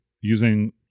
using